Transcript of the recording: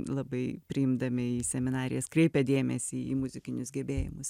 labai priimdami į seminarijas kreipia dėmesį į muzikinius gebėjimus